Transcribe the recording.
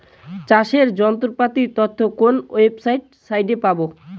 চাষের যন্ত্রপাতির তথ্য কোন ওয়েবসাইট সাইটে পাব?